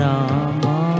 Rama